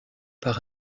par